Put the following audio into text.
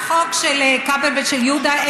לחוק של כבל ושל יהודה.